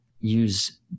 use